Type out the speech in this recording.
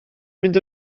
mynd